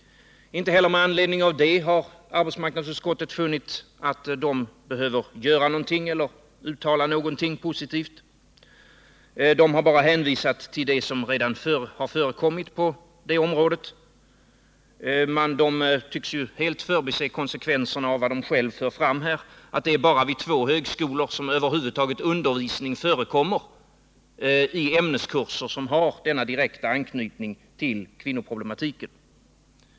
Inte heller med anledning av detta krav har arbetsmarknadsutskottet funnit att man behöver göra eller uttala någonting positivt. Utskottet har bara hänvisat till det som redan förekommit på detta område. Och man tycks i utskottet helt förbise konsekvenserna av vad man själv för fram, att det bara är vid två högskolor som det över huvud taget förekommer undervisning i ämneskurser som har denna direkta anknytning till kvinnoproblematiken.